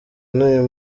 n’uyu